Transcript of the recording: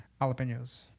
jalapenos